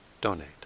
donate